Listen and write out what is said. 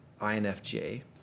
INFJ